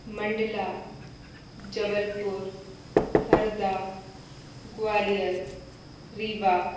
Mandla Jabalpur Harda Gwalior Rewa